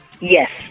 Yes